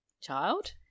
Child